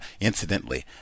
incidentally